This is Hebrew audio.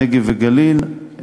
נגב וגליל,